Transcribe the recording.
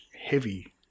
heavy